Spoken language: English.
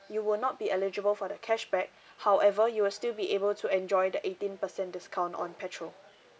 you will not be eligible for the cashback however you will still be able to enjoy the eighteen percent discount on petrol